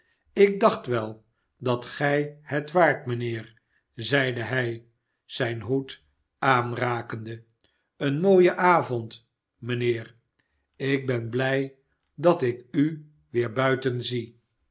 ik dacht wel dat gij het waart mijnheer zeide hij zijn hoed aanrakende een mooie avond mijnheer ik ben blij dat ik u weer buiten zie